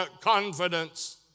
confidence